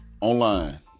online